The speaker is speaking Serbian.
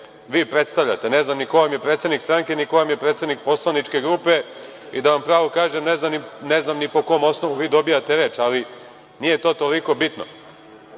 vi predstavljate, ne znam ni ko vam je predsednik stranke, ni ko vam je predsednik poslaničke grupe i, da vam pravo kažem, ne znam ni po kom osnovu vi dobijate reč, ali nije to toliko bitno. Srpska